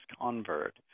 convert